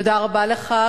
תודה רבה לך.